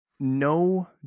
No